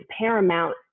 paramount